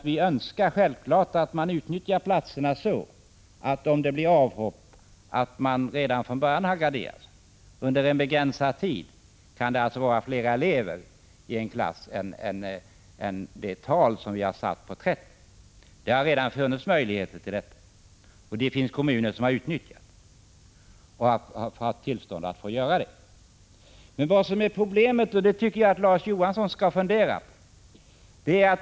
Vi önskar självfallet att man utnyttjar platserna så, att man redan från början har garderat sig för avhopp. Under en begränsad tid kan det alltså vara fler elever i en klass än 30, det antal som vi har angivit. Det har redan funnits möjlighet till detta, och det finns kommuner som har utnyttjat denna möjlighet — och haft tillstånd att göra det. Det finns ett problem som jag tycker att Larz Johansson skall fundera på.